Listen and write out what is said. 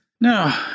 No